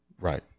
Right